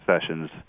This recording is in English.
sessions